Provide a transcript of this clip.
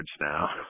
now